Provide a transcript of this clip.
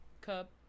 cup